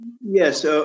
yes